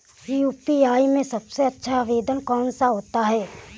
UPI में सबसे अच्छा आवेदन कौन सा होता है?